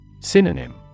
Synonym